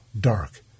dark